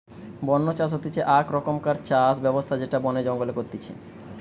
বন্য চাষ হতিছে আক রকমকার চাষ ব্যবস্থা যেটা বনে জঙ্গলে করতিছে